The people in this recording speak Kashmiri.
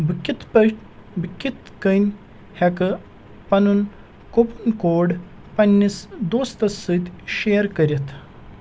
بہٕ کِتھ پٲٹھۍ بہٕ کِتھ کٔنۍ ہٮ۪کہٕ پنُن کوپن کوڈ پنِنس دوستَس سۭتۍ شیر کٔرِتھ